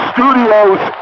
Studios